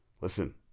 Listen